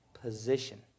position